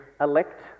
elect